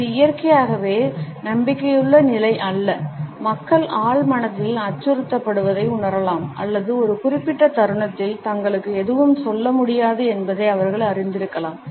இது இயற்கையாகவே நம்பிக்கையுள்ள நிலை அல்ல மக்கள் ஆழ் மனதில் அச்சுறுத்தப்படுவதை உணரலாம் அல்லது ஒரு குறிப்பிட்ட தருணத்தில் தங்களுக்கு எதுவும் சொல்ல முடியாது என்பதை அவர்கள் அறிந்திருக்கலாம்